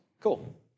Cool